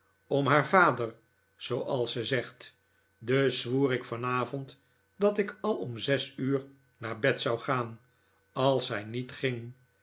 om haar vader zooals ze zegt dus zwoer ik vanavond dat ik al om zes uur naar bed zou gaan als zij niet ging